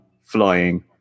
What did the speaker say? flying